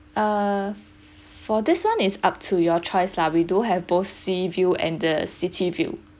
err for this one it's up to your choice lah we do have both sea view and the city view